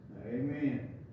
Amen